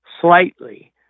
slightly